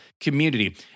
community